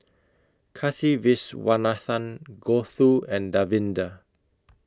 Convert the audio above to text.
Kasiviswanathan Gouthu and Davinder